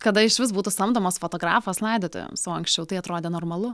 kada išvis būtų samdomas fotografas laidotuvėms o anksčiau tai atrodė normalu